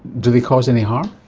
do they cause any harm?